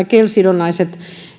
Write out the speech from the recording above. kel sidonnaisten